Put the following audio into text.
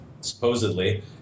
supposedly